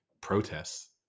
protests